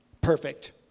perfect